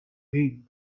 him